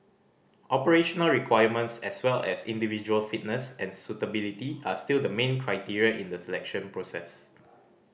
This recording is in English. operational requirements as well as individual fitness and suitability are still the main criteria in the selection process